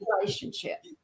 relationship